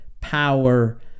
power